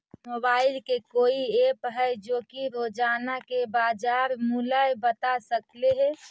Mobile के कोइ app है जो कि रोजाना के बाजार मुलय बता सकले हे?